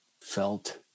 felt